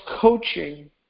coaching